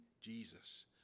Jesus